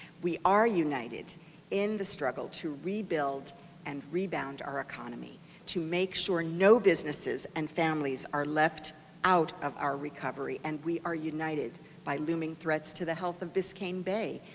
we are united in the struggle to rebuild and rebound our economy to make sure no businesses and families are left out of our recovery and we are united by looming threats to the health of biscayne bay.